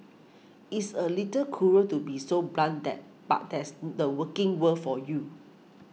it's a little cruel to be so blunt that but that's the working world for you